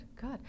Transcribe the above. good